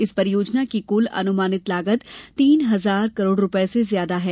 इस परियोजना की कुल अनुमानित लागत तीन हजार करोड़ रुपये से ज्यादा है